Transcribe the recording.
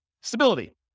Stability